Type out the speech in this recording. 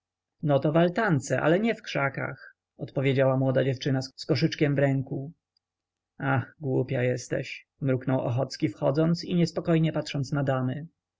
no to w altance ale nie w krzakach odpowiedziała młoda dziewczyna z koszykiem w ręku ach głupia jesteś mruknął ochocki wchodząc i niespokojnie patrząc na damy